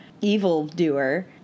evildoer